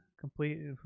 complete